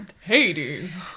Hades